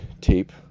tape